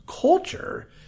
culture